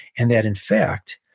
and that in fact,